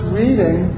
reading